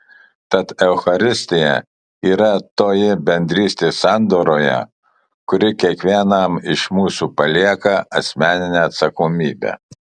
tad eucharistija yra toji bendrystė sandoroje kuri kiekvienam iš mūsų palieka asmeninę atsakomybę